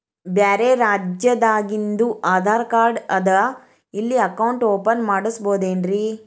ಬ್ಯಾರೆ ರಾಜ್ಯಾದಾಗಿಂದು ಆಧಾರ್ ಕಾರ್ಡ್ ಅದಾ ಇಲ್ಲಿ ಅಕೌಂಟ್ ಓಪನ್ ಮಾಡಬೋದೇನ್ರಿ?